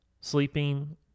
sleeping